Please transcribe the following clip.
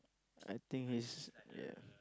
I think he's ya